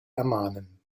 ermahnen